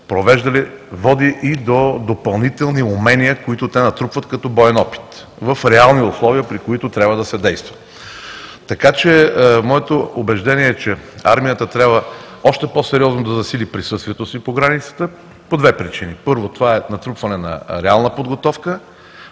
провеждали, води и до допълнителни умения, които те натрупват като боен опит в реални условия, при които трябва да се действа. Моето убеждение е, че армията трябва още по-сериозно да засили присъствието си по границата по две причини – първо, това е натрупване на реална подготовка.